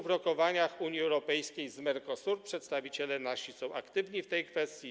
W rokowaniach Unii Europejskiej z Mercosur nasi przedstawiciele są aktywni w tej kwestii.